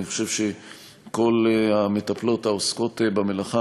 אני חושב שכל המטפלות העוסקות במלאכה